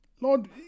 Lord